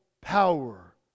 power